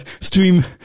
stream